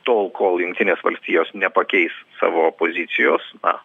tol kol jungtinės valstijos nepakeis savo pozicijos na